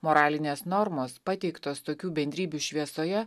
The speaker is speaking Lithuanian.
moralinės normos pateiktos tokių bendrybių šviesoje